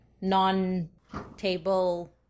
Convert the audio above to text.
non-table